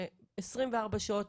ש-24 שעות,